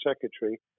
secretary